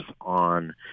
on